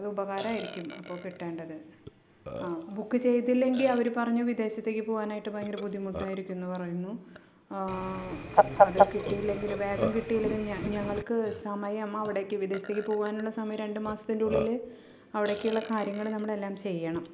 ഉപകാരമായിരിക്കും അപ്പോള് കിട്ടേണ്ടത് ആഹ് ബുക്ക് ചെയ്തില്ലെങ്കില് അവര് പറഞ്ഞു വിദേശത്തേക്ക് പോകാനായിട്ട് ഭയങ്കര ബുദ്ധിമുട്ടായിരിക്കുമെന്ന് പറയുന്നു അത് കിട്ടിയില്ലെങ്കിൽ വേഗം കിട്ടിയില്ലെങ്കിൽ ഞങ്ങൾക്ക് സമയം അവിടേക്ക് വിദേശത്തേക്ക് പോകാനുള്ള സമയം രണ്ട് മാസത്തിൻ്റെ ഉള്ളില് അവിടേക്കുള്ള കാര്യങ്ങള് നമ്മള് എല്ലാം ചെയ്യണം